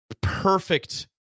perfect